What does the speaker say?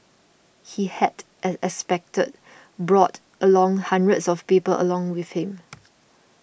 he had as expected brought along hundreds of people along with him